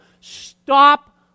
Stop